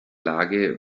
lage